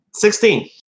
Sixteen